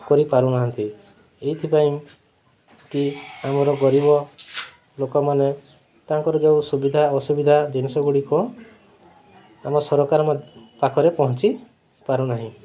କରିପାରୁନାହାନ୍ତି ଏଥିପାଇଁ କି ଆମର ଗରିବ ଲୋକମାନେ ତାଙ୍କର ଯେଉଁ ସୁବିଧା ଅସୁବିଧା ଜିନିଷଗୁଡ଼ିକ ଆମ ସରକାର ପାଖରେ ପହଞ୍ଚିପାରୁନାହିଁ